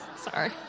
Sorry